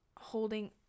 holding